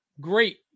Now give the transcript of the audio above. Great